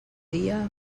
dia